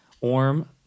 Orm